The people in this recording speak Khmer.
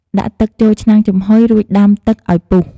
ដាក់ទឹកចូលឆ្នាំងចំហុយ រួចដាំតឹកឲ្យពុះ។